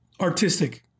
artistic